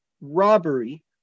robbery